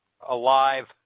alive